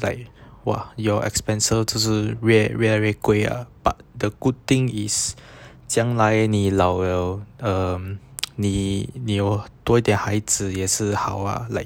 like !wah! your expenses 就是越来越贵 ah but the good thing is 将来你老了 um 你有你有多一点孩子也是好 ah like